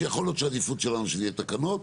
שיכול להיות שהעדיפות שלנו היא שזה יהי התקנות.